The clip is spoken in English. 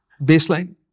baseline